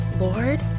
Lord